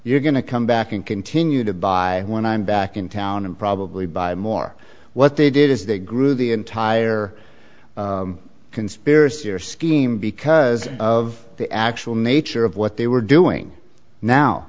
you're going to come back and continue to buy when i'm back in town and probably buy more what they did is they grew the entire conspiracy or scheme because of the actual nature of what they were doing now